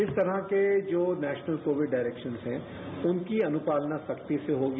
इस तरह के जो नेशनल कोविड डायरेक्शन हैं उनकी अनुपालना सख्ती से होगी